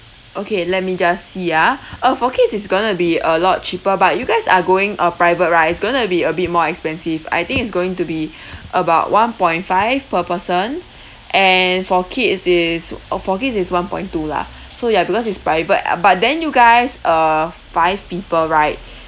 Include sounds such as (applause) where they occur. okay let me just see ah uh for kids is going to be a lot cheaper but you guys are going uh private right it's going to be a bit more expensive I think it's going to be (breath) about one point five per person and for kids is uh for kids is one point two lah so ya because it's private uh but then you guys uh five people right